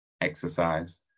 exercise